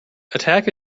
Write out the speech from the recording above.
attack